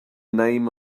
name